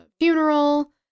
funeral